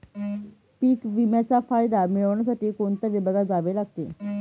पीक विम्याचा फायदा मिळविण्यासाठी कोणत्या विभागात जावे लागते?